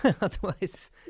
otherwise